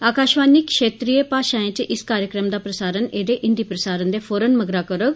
आकाशवाणी क्षेत्रिय भाषाएं च इस कार्यक्रम दा प्रसारण एदे हिन्दी प्रसारण दे फौरन मगरा करौग